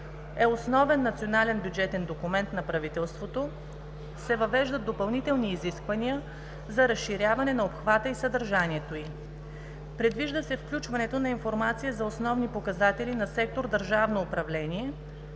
е основен национален бюджетен документ на правителството, се въвеждат допълнителни изисквания за разширяване на обхвата и съдържанието ѝ. Предвижда се включването на информация за основни показатели на сектор „Държавно управление“,